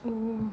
oh